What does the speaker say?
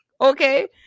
Okay